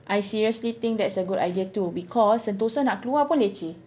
I seriously think that's a good idea too because Sentosa nak keluar pun leceh